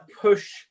push